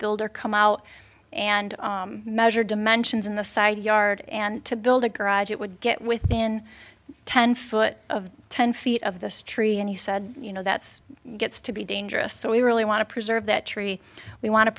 builder come out and measure dimensions in the side yard and to build a garage it would get within ten foot of ten feet of this tree and he said you know that's gets to be dangerous so we really want to preserve that tree we want to